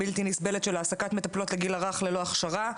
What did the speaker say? הבלתי נסבלת של העסקת מטפלות לגיל הרך ללא הכשרה,